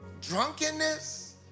Drunkenness